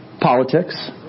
politics